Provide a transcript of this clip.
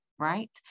Right